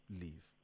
leave